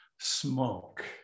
smoke